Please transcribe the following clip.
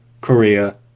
Korea